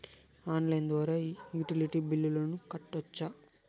Online ద్వారా utility బిల్లులను కట్టొచ్చా?